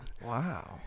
Wow